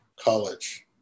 College